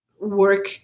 work